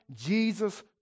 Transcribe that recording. Jesus